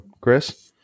chris